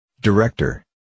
Director